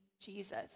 Jesus